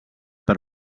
per